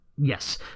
Yes